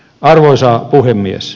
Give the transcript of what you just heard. arvoisa puhemies